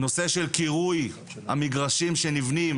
נושא של קירוי המגרשים שנבנים.